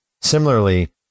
Similarly